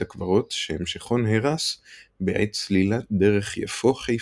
הקברות שהמשכו נהרס בעת סלילת דרך יפו-חיפה.